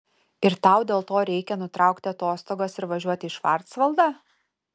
ir tau dėl to reikia nutraukti atostogas ir važiuoti į švarcvaldą